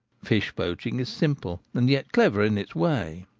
fish-poaching is simple and yet clever in its way.